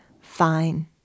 Fine